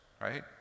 right